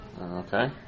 Okay